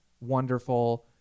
wonderful